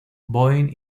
boeing